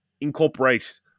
incorporate